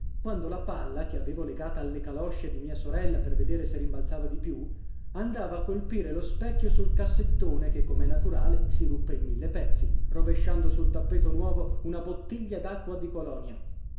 quando la palla che avevo legata alle calosce di mia sorella per vedere se rimbalzava di più andava a colpire lo specchio sul cassettone che com'è naturale si ruppe in mille pezzi rovesciando sul tappeto nuovo una bottiglia d'acqua di colonia